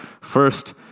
First